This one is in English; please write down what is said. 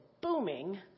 booming